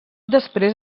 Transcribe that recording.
després